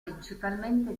principalmente